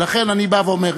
ולכן אני בא ואומר,